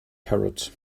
parrots